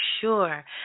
sure